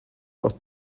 not